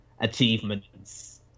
achievements